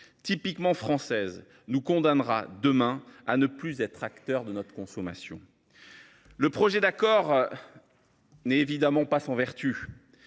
typiquement française, nous condamnera demain à ne plus être acteurs de notre consommation. Le projet d’accord n’est évidemment pas sans vertu